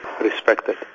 respected